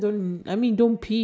goodness